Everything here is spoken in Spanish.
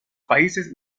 países